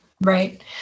Right